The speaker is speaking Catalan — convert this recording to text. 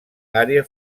àrea